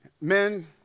Men